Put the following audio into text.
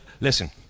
Listen